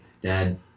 Dad